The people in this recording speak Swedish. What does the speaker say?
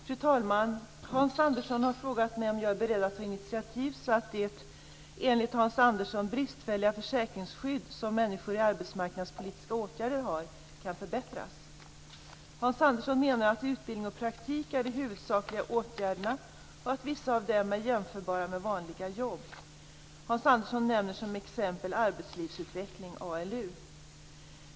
Fru talman! Hans Andersson har frågat mig om jag är beredd att ta initiativ så att det, enligt Hans Andersson, bristfälliga försäkringsskydd som människor i arbetsmarknadspolitiska åtgärder har kan förbättras. Hans Andersson menar att utbildning och praktik är de huvudsakliga åtgärderna, och att vissa av dem är jämförbara med vanliga jobb. Hans Andersson nämner som exempel arbetslivsutveckling, ALU.